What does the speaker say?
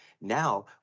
Now